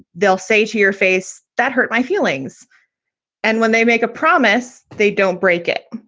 they'll say to your face, that hurt my feelings and when they make a promise, they don't break it.